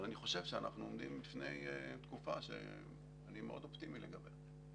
אבל אני חושב שאנחנו עומדים בפני תקופה שאני מאוד אופטימי לגביה.